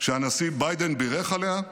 שהנשיא ביידן בירך עליה.